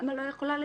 למה לא יכולה לשלם?